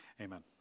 amen